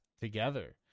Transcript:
together